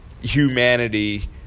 humanity